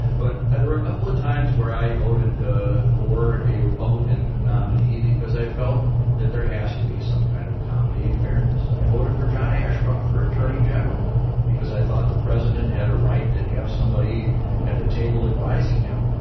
but there are a couple of times where i voted ah for a republican nominee because i felt that there has to be some kind of comedy in fairness. i voted for john ashcroft for attorney general because i thought the president had a right to have somebody at the table advising him,